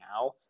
now